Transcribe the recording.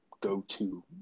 go-to